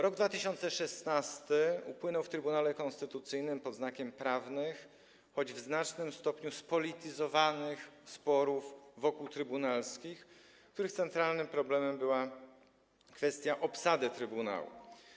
Rok 2016 upłynął w Trybunale Konstytucyjnym pod znakiem prawnych, choć w znacznym stopniu spolityzowanych sporów okołotrybunalskich, których centralnym problemem była kwestia obsady trybunału.